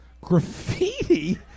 Graffiti